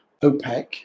OPEC